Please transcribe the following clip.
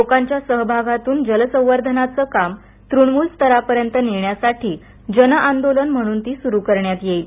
लोकांच्या सहभागातून जल संवर्धनाचं काम तृणमूल स्तरापर्यंत नेण्यासाठी जन आंदोलन म्हणून ती सुरु करण्यात येईल